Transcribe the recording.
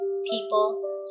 people